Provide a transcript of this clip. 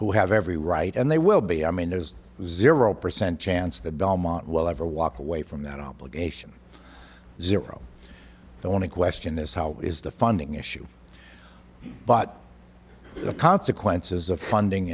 who have every right and they will be i mean there is zero percent chance that belmont will ever walk away from that obligation zero the only question is how is the funding issue but the consequences of funding